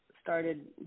started